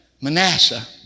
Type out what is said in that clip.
Manasseh